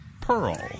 Pearl